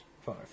Five